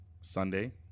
Sunday